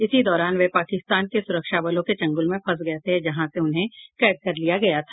इसी दौरान वे पाकिस्तान के सुरक्षा बलों के चंगुल में फंस गये थे जहां से उन्हें कैद में कर लिया गया था